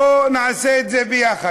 בוא נעשה את זה ביחד,